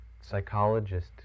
psychologist